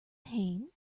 pain